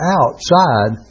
outside